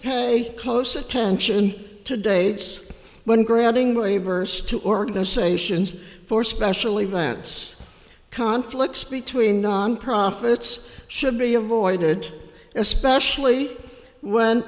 pay close attention today it's when granting waivers to organizations for special events conflicts between non profits should be avoided especially when